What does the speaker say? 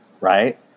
right